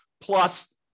plus